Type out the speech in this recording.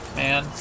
man